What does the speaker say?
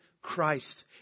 Christ